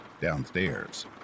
downstairs